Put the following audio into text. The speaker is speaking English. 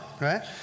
Right